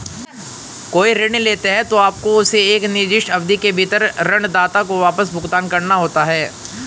कोई ऋण लेते हैं, तो आपको उसे एक निर्दिष्ट अवधि के भीतर ऋणदाता को वापस भुगतान करना होता है